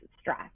stress